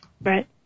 Right